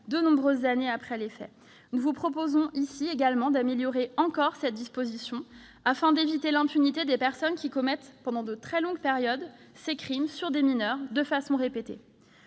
de nombreuses années après les faits. Nous vous proposons même d'améliorer encore cette disposition afin d'éviter l'impunité des personnes qui commettent, pendant de très longues périodes, ces crimes sur des mineurs, de façon répétée.